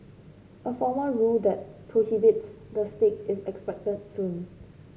a formal rule that prohibits the stick is expected soon